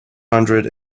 hundred